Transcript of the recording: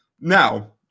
Now